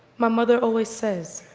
my mother always says,